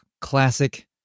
classic